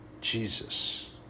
Jesus